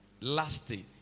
Lasting